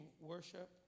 worship